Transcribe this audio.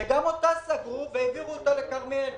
שגם אותה סגרו והעבירו אותה לכרמיאל,